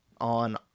on